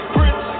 Prince